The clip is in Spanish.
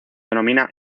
denomina